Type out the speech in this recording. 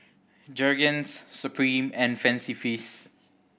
Jergens Supreme and Fancy Feast